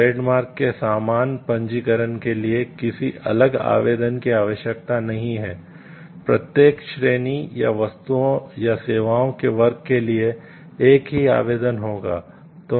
trademark के समान पंजीकरण के लिए किसी अलग आवेदन की आवश्यकता नहीं है प्रत्येक श्रेणी या वस्तुओं या सेवाओं के वर्ग के लिए एक ही आवेदन होगा